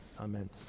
Amen